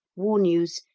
war news,